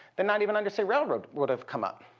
then not even undersea railroad would have come up.